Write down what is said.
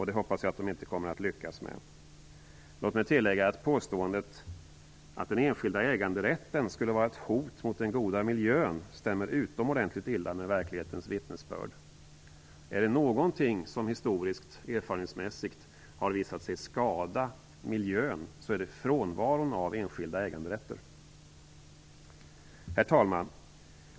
Det hoppas jag att de inte kommer att lyckas med. Låt mig tillägga att påståendet att den enskilda äganderätten skulle vara ett hot mot den goda miljön stämmer utomordentligt illa med verklighetens vittnesbörd. Är det någonting som historiskt och erfarenhetsmässigt har visat sig skada miljön, är det frånvaro av enskild äganderätt. Herr talman!